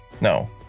No